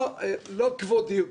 לא כבודי כאן.